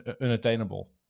unattainable